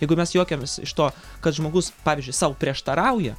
jeigu mes juokiamės iš to kad žmogus pavyzdžiui sau prieštarauja